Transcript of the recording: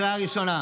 קריאה ראשונה.